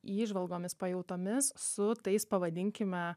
įžvalgomis pajautomis su tais pavadinkime